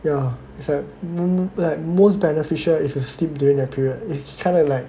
ya is like most beneficial if you sleep during that period it's kind of like